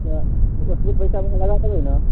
तऽ ओतबी पैसामे लगाए देबै ने